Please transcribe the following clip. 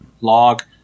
log